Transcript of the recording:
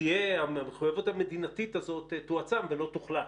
שהמחויבות המדינתית הזאת תועצם ולא תוחלש?